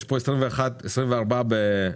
יש פה 24 באוקטובר.